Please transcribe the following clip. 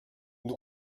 nous